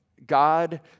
God